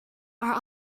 are